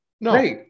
No